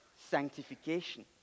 sanctification